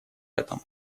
этом